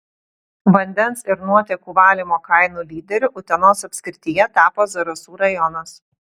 vandens ir nuotėkų valymo kainų lyderiu utenos apskrityje tapo zarasų rajonas